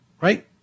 right